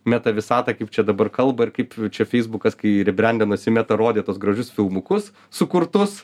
meta visatą kaip čia dabar kalba ir kaip čia feisbukas kai ribrendinosi meta rodė tuos gražius filmukus sukurtus